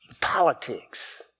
politics